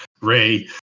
Ray